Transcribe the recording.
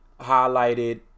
highlighted